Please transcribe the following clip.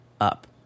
up